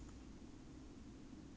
ya now is all the